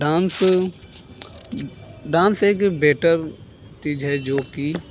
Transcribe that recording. dance dance एक better चीज़ है जो कि